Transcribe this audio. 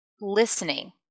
listening